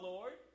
Lord